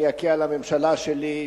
אני אכה על הממשלה שלי,